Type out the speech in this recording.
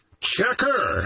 Checker